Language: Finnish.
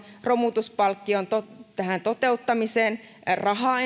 romutuspalkkion toteuttamiseen rahaa